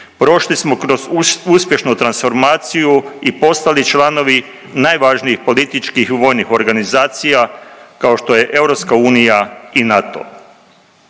prošli smo kroz uspješnu transformaciju i postali članovi najvažnijih političkih vojnih organizacija kao što je EU i NATO.